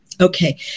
Okay